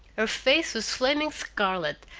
her face was flaming scarlet,